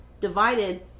divided